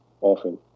often